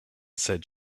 said